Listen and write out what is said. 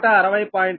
1p